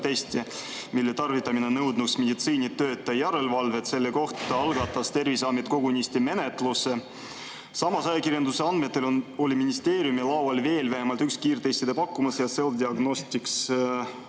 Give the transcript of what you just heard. mille tarvitamine nõudnuks meditsiinitöötaja järelevalvet. Selle kohta algatas Terviseamet kogunisti menetluse. Samas, ajakirjanduse andmetel oli ministeeriumi laual veel vähemalt üks kiirtestide pakkumus ja Selfdiagnostics